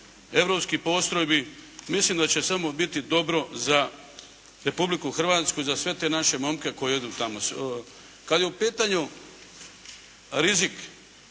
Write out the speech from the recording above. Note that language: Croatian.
europskih postrojbi, mislim da će samo biti dobro za Republiku Hrvatsku i za sve te naše momke koji idu tamo. Kada je u pitanju rizik,